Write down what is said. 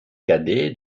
cadet